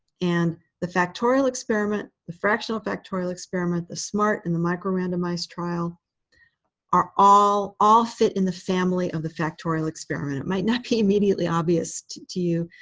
and the factorial experiment, the fractional factorial experiment, the smart and the micro-randomized trial are all all fit in the family of the factorial experiment. it might not be immediately obvious to to you,